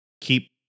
keep